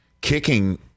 kicking